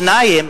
שניים,